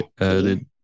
added